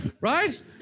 right